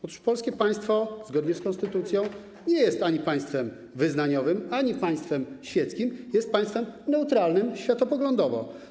Otóż polskie państwo zgodnie z konstytucją nie jest ani państwem wyznaniowym, ani państwem świeckim - jest państwem neutralnym światopoglądowo.